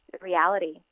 reality